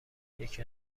یکی